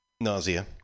Nausea